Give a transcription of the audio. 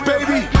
Baby